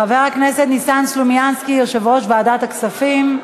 חבר הכנסת ניסן סלומינסקי, יושב-ראש ועדת הכספים,